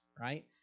right